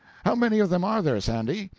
how many of them are there, sandy?